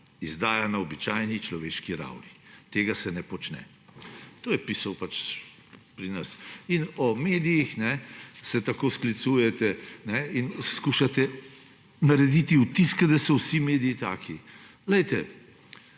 izdaja na običajni človeški ravni. Tega se ne počne.« To je pisal pri nas. In glede medijev se tako sklicujete in skušate narediti vtis, kot da so vsi mediji taki. Vsaj